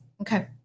Okay